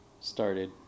started